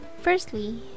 Firstly